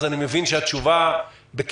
אז אני מבין שהתשובה בכיסך.